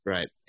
Right